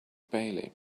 bailey